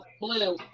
Blue